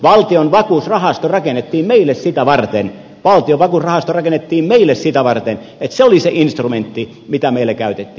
valtion vakuusrahasto rakennettiin meille sitä varten valtion vakuusrahasto rakennettiin meille sitä varten se oli se instrumentti mitä meillä käytettiin